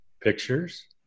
pictures